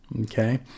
Okay